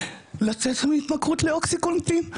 לצאת מהתמכרות לאוקסיקונטין,